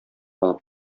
алып